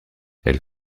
elle